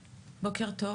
בוקר טוב